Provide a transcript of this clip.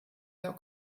der